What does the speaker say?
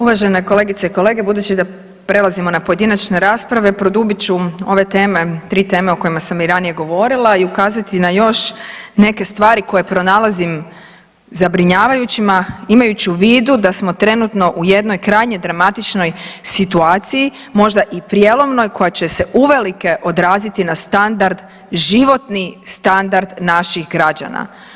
Uvažene kolegice i kolege budući da prelazimo na pojedinačne rasprave produbit ću ove teme, tri teme o kojima sam i ranije govorila i ukazati na još neke stvari koje pronalazim zabrinjavajućima imajući u vidu da smo trenutno u jednoj krajnje dramatičnoj situaciji, možda i prijelomnoj koja će se uvelike odraziti na standard životni standard naših građana.